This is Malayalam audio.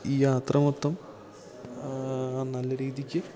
ഈ യാത്ര മൊത്തം നല്ല രീതിക്ക്